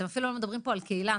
אפילו לא מדברים פה על קהילה,